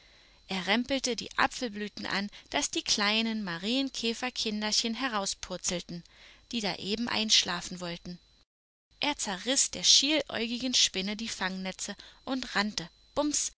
er rempelte die apfelblüten an daß die kleinen marienkäferkinderchen herauspurzelten die da eben einschlafen wollten er zerriß der schieläugigen spinne die fangnetze und rannte bums